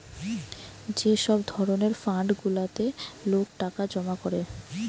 যে সব ধরণের ফান্ড গুলাতে লোক টাকা জমা করে